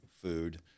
food